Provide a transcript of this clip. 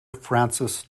francis